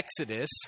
Exodus